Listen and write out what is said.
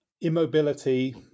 immobility